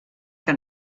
que